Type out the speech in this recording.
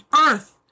earth